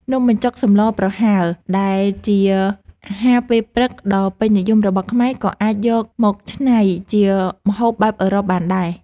នំបញ្ចុកសម្លប្រហើរដែលជាអាហារពេលព្រឹកដ៏ពេញនិយមរបស់ខ្មែរក៏អាចយកមកច្នៃជាម្ហូបបែបអឺរ៉ុបបានដែរ។